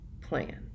plan